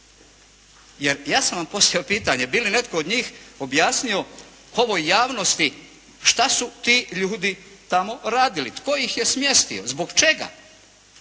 Jer ja sam vam postavio pitanje. Bi li netko od njih objasnio ovoj javnosti šta su ti ljudi tamo radili? Tko ih je smjesti? Zbog čega?